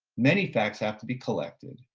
many facts have to be collected,